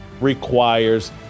requires